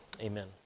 amen